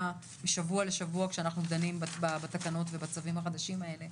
משבוע לשבוע כשאנחנו דנים בתקנות ובצווים החדשים האלה.